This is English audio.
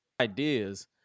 ideas